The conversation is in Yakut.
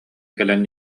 кэлэн